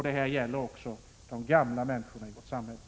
Detta gäller också för de gamla människorna i vårt samhälle.